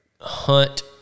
hunt